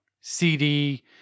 CD